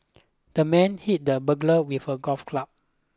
the man hit the burglar with a golf club